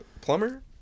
plumber